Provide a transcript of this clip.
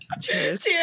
Cheers